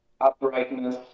uprightness